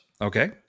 Okay